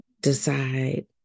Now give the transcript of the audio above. decide